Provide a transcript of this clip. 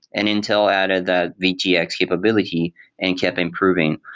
and intel added that vtx capability and kept improving.